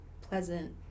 pleasant